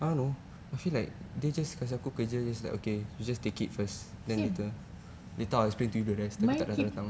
same mine keep